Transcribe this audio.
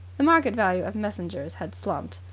the market value of messengers had slumped.